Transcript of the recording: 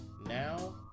Now